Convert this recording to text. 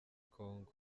congo